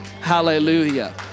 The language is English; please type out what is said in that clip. Hallelujah